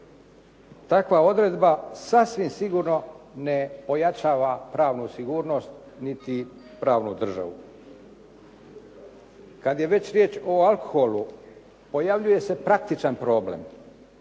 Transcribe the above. Takva odredba sasvim sigurno ne pojačava pravnu sigurnost niti pravnu državu. Kad je već riječ o alkoholu, pojavljuje se praktičan problem.